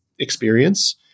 experience